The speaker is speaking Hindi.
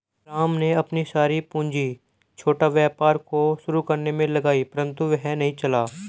राम ने अपनी सारी पूंजी छोटा व्यापार को शुरू करने मे लगाई परन्तु वह नहीं चला